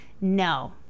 no